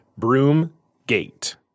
Broomgate